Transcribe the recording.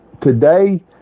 today